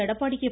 Edappadi K